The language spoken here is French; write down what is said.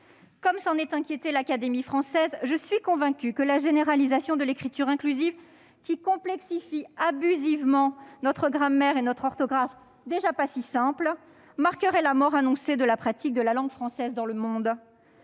comme s'en est inquiétée l'Académie française, je suis convaincue que la généralisation de l'écriture inclusive, qui complexifie abusivement notre grammaire et notre orthographe, qui ne sont déjà pas si simples, marquerait la mort annoncée de la pratique de la langue française dans le monde.